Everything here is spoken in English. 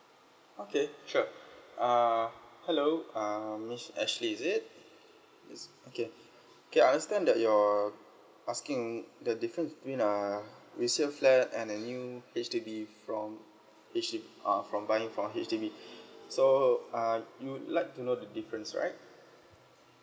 okay sure uh hello um miss ashley is it is okay K I understand that you're asking the difference between uh resale flat and the new H_D_B from H_D~ uh from buying from H_D_B so uh you'd like to know difference right